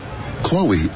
Chloe